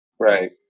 right